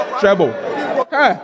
treble